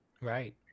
Right